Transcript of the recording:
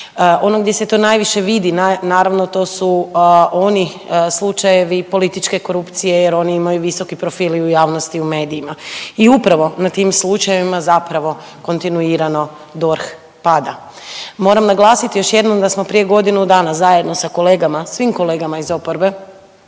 Ono gdje se to najviše vidi, naravno, to su oni slučajevi političke korupcije jer oni imaju visoki profil i u javnosti i u medijima i upravo na tim slučajevima zapravo kontinuirano DORH pada. Moram naglasiti još jednom da smo prije godinu dana, zajedno sa kolegama, svim kolegama iz oporbe